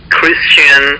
Christian